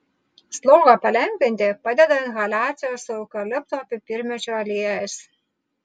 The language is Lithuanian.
slogą palengvinti padeda inhaliacijos su eukalipto pipirmėčių aliejais